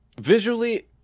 Visually